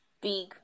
big